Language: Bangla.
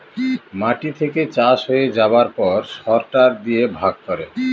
মাটি থেকে চাষ হয়ে যাবার পর সরটার দিয়ে ভাগ করে